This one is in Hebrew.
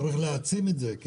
צריך להעצים את זה.